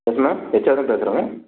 yes ma'am HR தான் பேசுறேங்க